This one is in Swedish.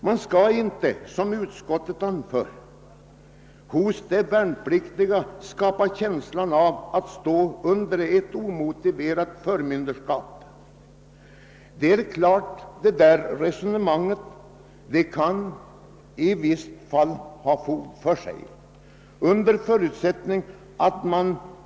Man skall inte, såsom utskottet anför, hos de värnpliktiga skapa känslan av att de står under ett omotiverat förmynderskap. Detta resonemang har självfallet visst fog för sig.